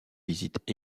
visitent